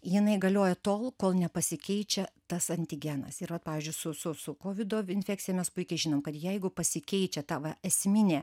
jinai galioja tol kol nepasikeičia tas antigenas ir vat pavyzdžiui su su su kovido infekcija mes puikiai žinom kad jeigu pasikeičia ta va esminė